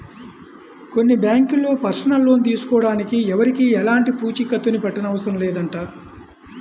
కొన్ని బ్యాంకుల్లో personal loan తీసుకోడానికి ఎవరికీ ఎలాంటి పూచీకత్తుని పెట్టనవసరం లేదంట